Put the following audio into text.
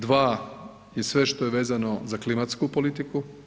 Dva je sve što je vezano za klimatsku politiku.